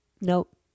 Nope